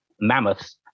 mammoths